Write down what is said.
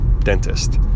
dentist